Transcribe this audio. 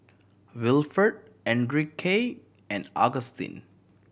Wilford Enrique and Agustin